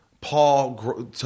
Paul